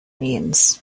means